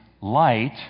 light